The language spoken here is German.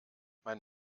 mein